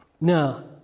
Now